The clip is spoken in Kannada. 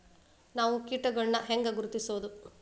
ನಾವ್ ಕೇಟಗೊಳ್ನ ಹ್ಯಾಂಗ್ ಗುರುತಿಸೋದು?